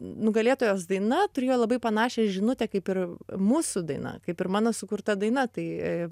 nugalėtojos daina turėjo labai panašią žinutę kaip ir mūsų daina kaip ir mano sukurta daina tai